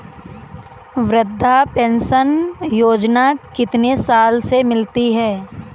वृद्धा पेंशन योजना कितनी साल से मिलती है?